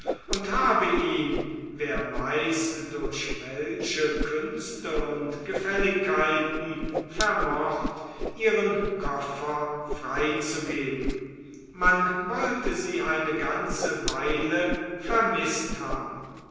und habe ihn wer weiß durch welche künste und gefälligkeiten vermocht ihren koffer freizugeben man wollte sie eine ganze weile vermißt haben